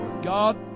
God